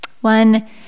One